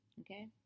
Okay